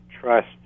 trust